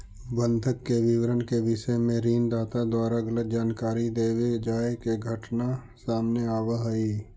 बंधक के विवरण के विषय में ऋण दाता द्वारा गलत जानकारी देवे जाए के घटना सामने आवऽ हइ